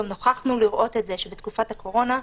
נוכחנו לראות שבתקופת הקורונה,